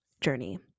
journey